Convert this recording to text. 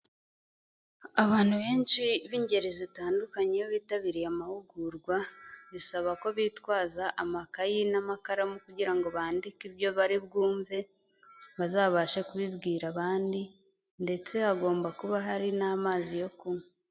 Abantu benshi b'ingeri zitandukanye iyo bitabiriye amahugurwa bisaba ko bitwaza amakayi n'amakaramu kugira ngo bandike ibyo bari bwumve, bazabashe kubibwira abandi ndetse hagomba kuba hari n'amazi yo kunywa.